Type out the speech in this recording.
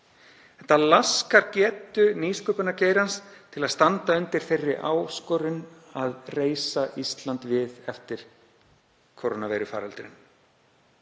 þetta laskar getu nýsköpunargeirans til að standa undir þeirri áskorun að reisa Ísland við eftir kórónuveirufaraldurinn,